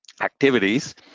activities